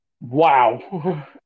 Wow